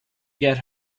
get